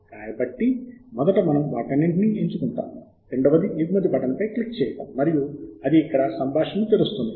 కాబట్టి మొదట మనం వాటన్నింటినీ ఎన్నుకుంటాము రెండవది ఎగుమతి బటన్ పై క్లిక్ చేయడం మరియు అది ఇక్కడ సంభాషణను తెరుస్తుంది